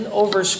over